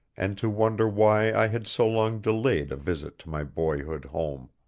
and to wonder why i had so long delayed a visit to my boyhood home.